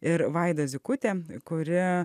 ir vaida zykutė kuri